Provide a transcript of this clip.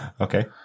Okay